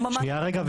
רגע.